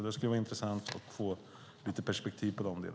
Det skulle vara intressant att få en kommentar till det.